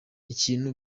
ikintu